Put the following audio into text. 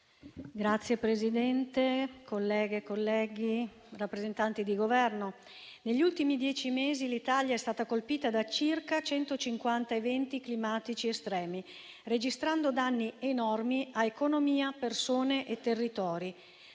Signor Presidente, colleghe e colleghi, signori rappresentanti del Governo, negli ultimi dieci mesi l'Italia è stata colpita da circa 150 eventi climatici estremi, registrando danni enormi a economia, persone e territori,